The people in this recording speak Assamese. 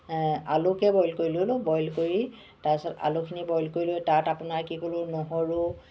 আলুকে বইল কৰি ল'লোঁ বইল কৰি তাৰপিছত আলুখিনি বইল কৰি লৈ তাত আপোনাৰ কি কৰো নহৰু